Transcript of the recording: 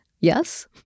Yes